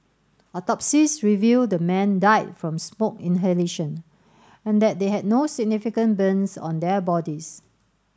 autopsies revealed the men died from smoke inhalation and that they had no significant burns on their bodies